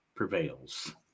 Prevails